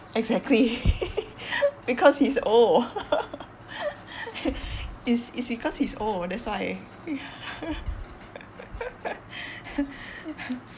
exactly because he's old it's it's because he's old that's why